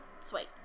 Sweet